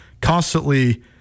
constantly